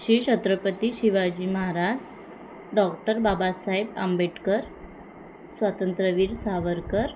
Shri Chhatrapati Shivaji Maharaj doctor Babasaheb Ambedkar Swatantryaveer Savarkar